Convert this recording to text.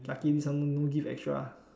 lucky this one no no give extra